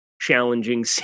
challenging